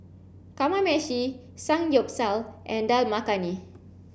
Kamameshi Samgyeopsal and Dal Makhani